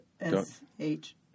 S-H